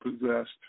possessed